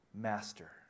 Master